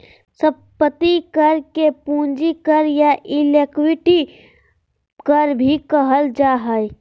संपत्ति कर के पूंजी कर या इक्विटी कर भी कहल जा हइ